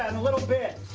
and a little bit.